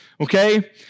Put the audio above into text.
Okay